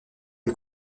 est